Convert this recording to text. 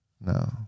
No